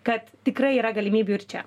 kad tikrai yra galimybių ir čia